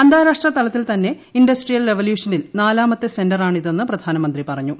ആന്താരാഷ്ട്രതലത്തിൽ തന്നെ ഇൻഡസ്ട്രിയൽ റവല്യൂഷനിൽ ് നാല്യാമത്തെ സെന്ററാണിതെന്ന് പ്രധാനമന്ത്രി പറഞ്ഞു